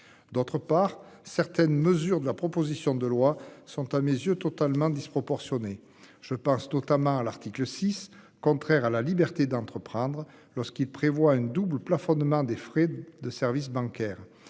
D'autre part, certaines mesures de la proposition de loi sont à mes yeux, totalement disproportionnée. Je pense notamment à l'article 6 contraire à la liberté d'entreprendre lorsqu'il prévoit une double-plafonnement des frais de services bancaires.